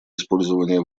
использования